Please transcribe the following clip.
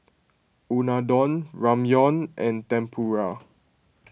Unadon Ramyeon and Tempura